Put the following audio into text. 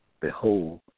Behold